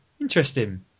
interesting